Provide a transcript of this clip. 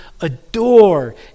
adore